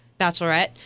Bachelorette